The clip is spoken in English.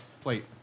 plate